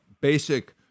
basic